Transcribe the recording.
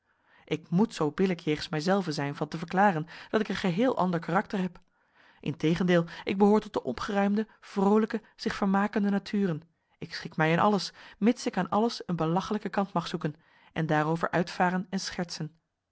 ik moet zoo billijk jegens mijzelven zijn van te verklaren dat ik een geheel ander karakter heb integendeel ik behoor tot de opgeruimde vroolijke zich vermakende naturen ik schik mij in alles mits ik aan alles een belachelijken kant mag zoeken en daarover uitvaren en schertsen